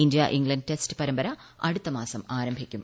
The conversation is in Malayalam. ഇന്ത്യ ഇംഗ്ലണ്ട് കട്ടസ്റ്റ് പരമ്പര അടുത്തമാസം ആരംഭിക്കും